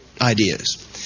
ideas